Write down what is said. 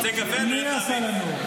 אני הולך להביא.